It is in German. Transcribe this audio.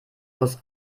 muss